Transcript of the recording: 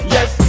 Yes